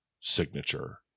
signature